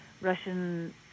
Russian